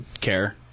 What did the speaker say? care